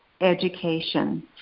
education